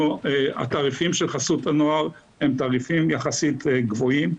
התעריפים של חסות הנוער הם יחסית גבוהים,